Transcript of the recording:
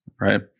right